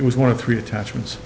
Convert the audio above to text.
it was one of three attachments